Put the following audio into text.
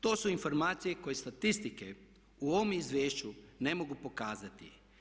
To su informacije koje statistike u ovom izvješću ne mogu pokazati.